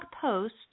post